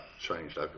changed